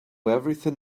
everything